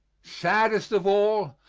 saddest of all,